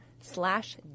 slash